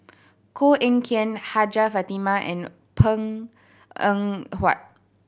Koh Eng Kian Hajjah Fatimah and Png Eng Huat